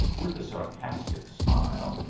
with a sarcastic smile,